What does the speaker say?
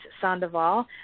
Sandoval